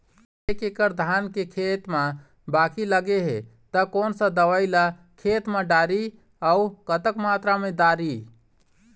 एक एकड़ धान के खेत मा बाकी लगे हे ता कोन सा दवई ला खेत मा डारी अऊ कतक मात्रा मा दारी?